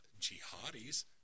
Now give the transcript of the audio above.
jihadis